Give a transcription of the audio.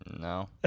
No